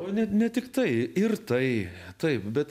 o ne ne tiktai ir tai taip bet